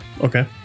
Okay